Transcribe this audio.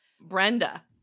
Brenda